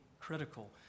critical